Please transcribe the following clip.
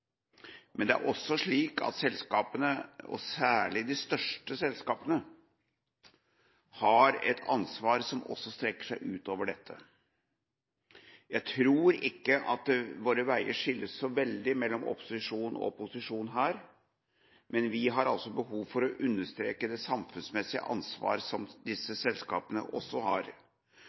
Men det er også slik at selskapene – særlig de største selskapene – har et ansvar som strekker seg utover dette. Jeg tror ikke at våre veier skilles så veldig her, mellom opposisjon og posisjon, men vi har behov for å understreke det samfunnsmessige ansvar som disse selskapene også har.